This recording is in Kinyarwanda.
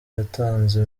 yatanze